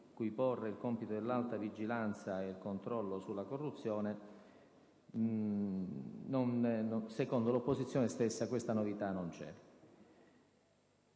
affidare il compito dell'alta vigilanza e del controllo sulla corruzione. Secondo l'opposizione, questa novità non c'è.